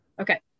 Okay